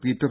Peter